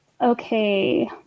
Okay